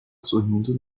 sorrindo